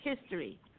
history